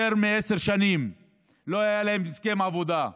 יותר מעשר שנים לא היה להם הסכם עבודה.